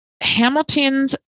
Hamilton's